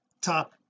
top